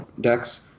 decks